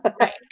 Right